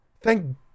Thank